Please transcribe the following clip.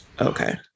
Okay